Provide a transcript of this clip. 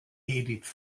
edith